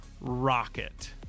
rocket